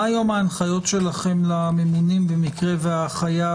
מה היום ההנחיות שלכם לממונים במקרה והחייב,